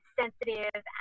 sensitive